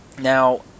Now